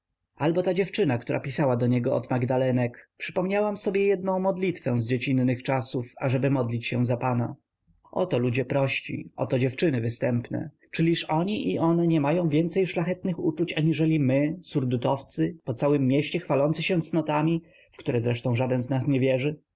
albo ta dziewczyna która pisała do niego od magdalenek przypomniałam sobie jednę modlitwę z dziecinnych czasów ażeby modlić się za pana oto ludzie prości oto dziewczyny występne czyliż oni i one nie mają więcej szlachetnych uczuć aniżeli my surdutowcy po całem mieście chwalący się cnotami w które zresztą żaden z nas nie wierzy